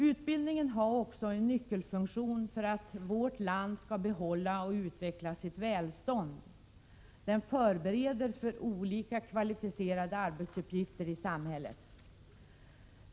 Utbildningen har också en nyckelfunktion för att vårt land skall behålla och utveckla sitt välstånd. Utbildningen förbereder oss för olika kvalificerade arbetsuppgifter i samhället.